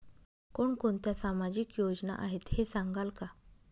कोणकोणत्या सामाजिक योजना आहेत हे सांगाल का?